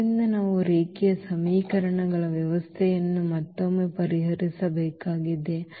ಆದ್ದರಿಂದ ನಾವು ರೇಖೀಯ ಸಮೀಕರಣಗಳ ವ್ಯವಸ್ಥೆಯನ್ನು ಮತ್ತೊಮ್ಮೆ ಪರಿಹರಿಸಬೇಕಾಗಿದೆ